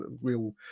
real